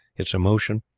its emotion,